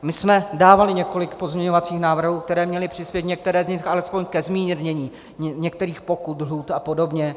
My jsme dávali několik pozměňovacích návrhů, které měly přispět, některé z nich, alespoň ke zmírnění některých pokut, lhůt a podobně.